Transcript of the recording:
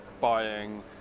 buying